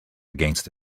against